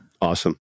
awesome